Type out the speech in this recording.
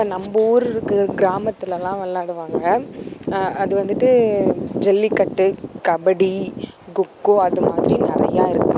இப்போ நம்பூர் இருக்குது கிராமத்திலலாம் விளாடுவாங்க அது வந்துட்டு ஜல்லிக்கட்டு கபடி கொக்கோ அதுமாதிரி நிறையா இருக்குது